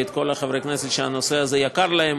ואת כל חברי הכנסת שהנושא הזה יקר להם,